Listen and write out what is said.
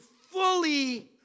fully